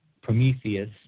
Prometheus